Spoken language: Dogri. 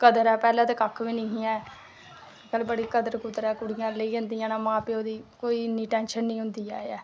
कदर ऐ पैह्लें ते कक्ख बी निं ही ऐ अज्जकल बड़ी कदर ऐ कुड़ियां लेई जंदियां न मां प्योऽ गी कोई इन्ने टेंशन निं होंदी ऐ ते